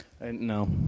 No